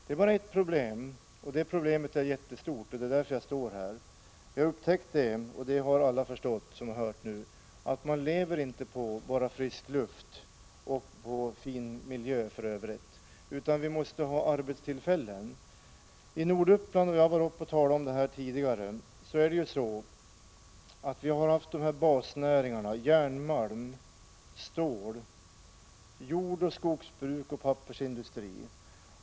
Det är bara ett problem och det problemet är jättestort. Det är därför jag står här. Vi har upptäckt — och det har alla förstått som hört på nu — att man inte lever bara på frisk luft och fin miljö, utan vi måste ha arbetstillfällen. I Norduppland — jag har talat om det här problemet tidigare — har vi haft basnäringarna järnmalm, stål, jordoch skogsbruk och pappersindustri.